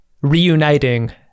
reuniting